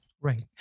right